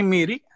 Miri